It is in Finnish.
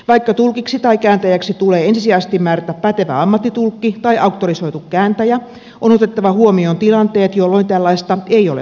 vaikka tulkiksi tai kääntäjäksi tulee ensisijaisesti määrätä pätevä ammattitulkki tai auktorisoitu kääntäjä on otettava huomioon tilanteet jolloin tällaista ei ole saatavilla